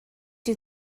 you